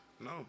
No